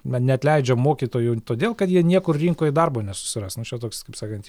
ma neatleidžia mokytojų todėl kad jie niekur rinkoj darbo nesusiras nu čia toks kaip sakant